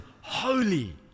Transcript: holy